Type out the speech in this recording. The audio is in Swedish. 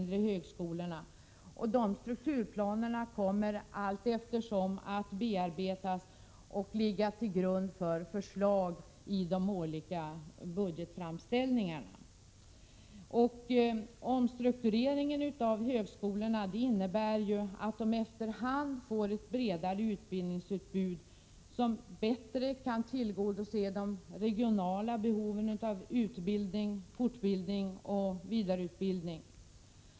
Dessa strukturplaner kommer att bearbetas och ligga till grund för förslag i de olika budgetframställningarna. Omstruk Prot. 1987/88:104 tureringen av högskolorna innebär att de efter hand kommer att få ett 20 april 1988 bredare utbildningsutbud, som bättre kan tillgodose de regionala behoven av utbildning, fortbildning och vidareutbildning.